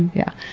yeah.